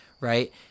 right